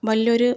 വലിയൊരു